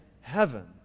heaven